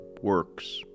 works